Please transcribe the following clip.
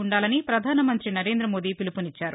వుండాలని పధానమంతి నరేందమోదీ పిలుపునిచ్చారు